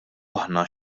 aħna